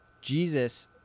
Jesus